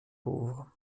pauvre